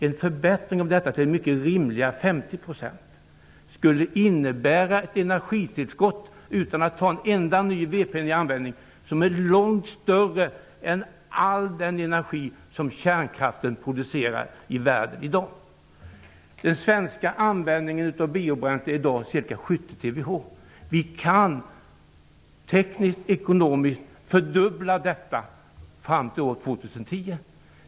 En förbättring till mycket rimliga 50 % skulle innebära ett energitillskott som är långt större än all den energi som kärnkraften producerar i världen i dag, och detta utan att använda en enda ny vedpinne. Den svenska användningen av biobränsle är i dag ca 70 TWh. Vi kan tekniskt och ekonomiskt fördubbla detta fram till år 2010.